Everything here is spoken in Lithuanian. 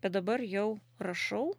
bet dabar jau rašau